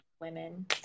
women